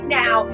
now